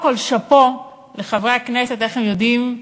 קודם כול, שאפו לחברי הכנסת, איך הם יודעים,